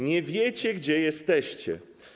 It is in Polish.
Nie wiecie, gdzie jesteście.